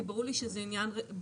כי זה ברור לי שזה עניין בריאותי,